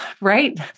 right